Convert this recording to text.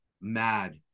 mad